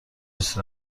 نیست